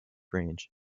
range